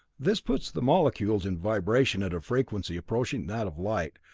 this puts the molecules in vibration at a frequency approaching that of light,